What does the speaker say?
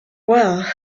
well—i